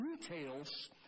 details